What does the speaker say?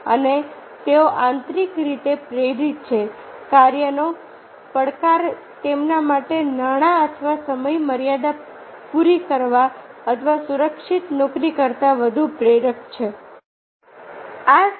અને તેઓ આંતરિક રીતે પ્રેરિત છે કાર્યનો પડકાર તેમના માટે નાણાં અથવા સમયમર્યાદા પૂરી કરવા અથવા સુરક્ષિત નોકરી કરતાં વધુ પ્રેરક છે